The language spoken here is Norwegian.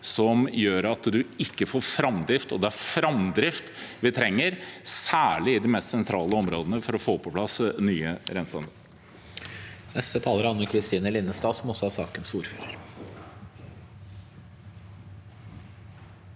som gjør at man ikke får noen framdrift, og det er framdrift vi trenger, særlig i de mest sentrale områdene, for å få på plass nye renseanlegg.